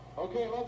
Okay